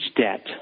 debt